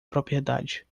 propriedade